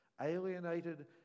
Alienated